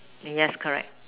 yes correct